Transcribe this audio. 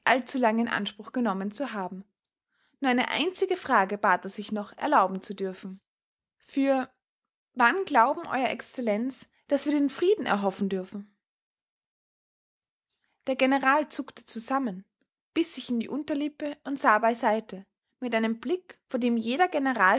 allzulange in anspruch genommen zu haben nur eine einzige frage bat er sich noch erlauben zu dürfen für wann glauben euer excellenz daß wir den frieden erhoffen dürfen der general zuckte zusammen biß sich in die unterlippe und sah bei seite mit einem blick vor dem jeder